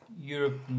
Europe